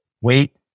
wait